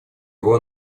его